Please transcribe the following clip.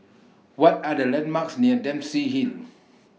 What Are The landmarks near Dempsey Hill